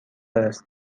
است